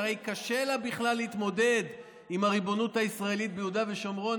שהרי קשה לה בכלל להתמודד עם הריבונות הישראלית ביהודה ושומרון,